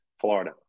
Florida